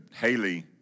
Haley